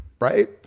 right